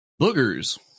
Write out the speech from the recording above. boogers